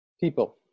people